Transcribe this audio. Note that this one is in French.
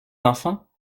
enfants